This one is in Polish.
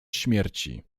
śmierci